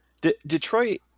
Detroit